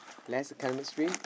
less academic stream